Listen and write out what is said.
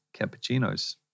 cappuccinos